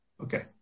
Okay